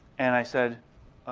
and i said,